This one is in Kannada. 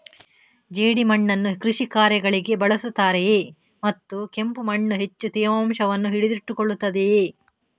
ಜೇಡಿಮಣ್ಣನ್ನು ಕೃಷಿ ಕಾರ್ಯಗಳಿಗೆ ಬಳಸುತ್ತಾರೆಯೇ ಮತ್ತು ಕೆಂಪು ಮಣ್ಣು ಹೆಚ್ಚು ತೇವಾಂಶವನ್ನು ಹಿಡಿದಿಟ್ಟುಕೊಳ್ಳುತ್ತದೆಯೇ?